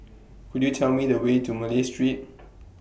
Could YOU Tell Me The Way to Malay Street